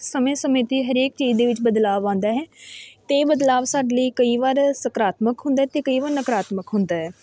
ਸਮੇਂ ਸਮੇਂ 'ਤੇ ਹਰੇਕ ਚੀਜ਼ ਦੇ ਵਿੱਚ ਬਦਲਾਵ ਆਉਂਦਾ ਹੈ ਅਤੇ ਬਦਲਾਵ ਸਾਡੇ ਲਈ ਕਈ ਵਾਰ ਸਕਾਰਾਤਮਕ ਹੁੰਦਾ ਅਤੇ ਕਈ ਵਾਰ ਨਕਾਰਾਤਮਕ ਹੁੰਦਾ ਹੈ